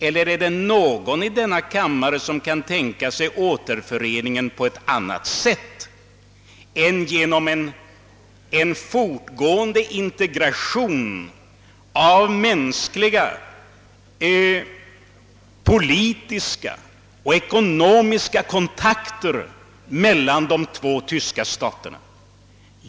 Eller är det någon i denna kammare som kan tänka sig återföreningen på ett annat sätt än genom en fortgående integration av mänskliga, politiska och ekonomiska kontakter mellan de två tyska staterna?